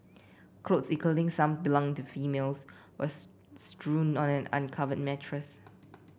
clothes including some belong to females were strewn on an uncovered mattress